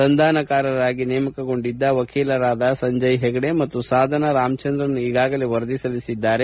ಸಂಧಾನಕಾರರಾಗಿ ನೇಮಕಗೊಂಡಿದ್ದ ವಕೀಲರಾದ ಸಂಜಯ್ ಹೆಗಡೆ ಮತ್ತು ಸಾಧನಾ ರಾಮಚಂದ್ರನ್ ಈಗಾಗಲೇ ವರದಿ ಸಲ್ಲಿಸಿದ್ದಾರೆ